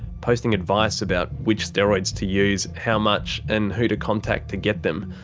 posting advice about which steroids to use, how much, and who to contact to get them.